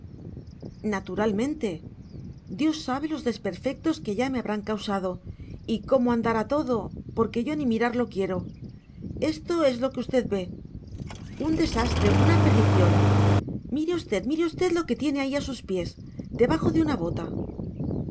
naturalmente dios sabe los desperfectos que ya me habrán causado y cómo andará todo porque yo ni mirarlo quiero esto es lo que usted ve un desastre una perdición mire usted mire usted lo que tiene ahí a sus pies debajo de una bota